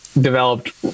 developed